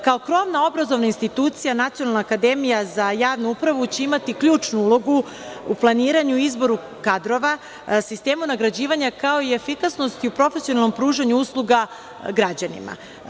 Kao krovna obrazovna institucija Nacionalna akademija za javnu upravu će imati ključnu ulogu u planiranju i izboru kadrova, sistemu nagrađivanja kao i efikasnosti u profesionalnom pružanju usluga građanima.